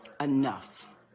Enough